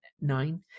nine